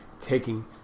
taking